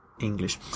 English